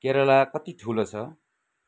केरला कति ठुलो छ